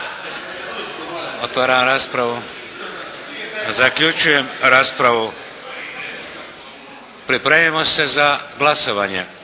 Otvaram raspravu. Zaključujem raspravu. Pripremimo se za glasovanje.